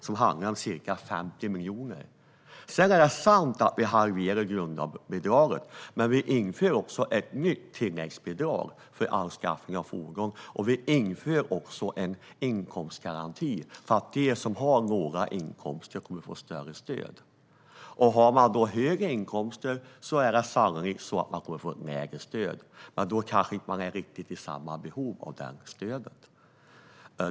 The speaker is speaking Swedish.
Det rör sig om ca 50 miljoner. Det är sant att vi halverar grundbidraget, men vi inför ett nytt tilläggsbidrag för anskaffning av fordon. Vi inför också en inkomstgaranti så att de som har låga inkomster får mer stöd. Om man har höga inkomster får man sannolikt mindre stöd, men då är man kanske inte i samma behov av stöd.